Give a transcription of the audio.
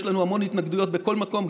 יש לנו המון התנגדויות בכל מקום,